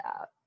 out